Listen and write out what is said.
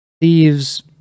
Thieves